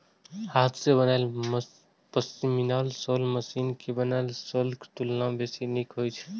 हाथ सं बनायल पश्मीना शॉल मशीन सं बनल शॉलक तुलना बेसी नीक होइ छै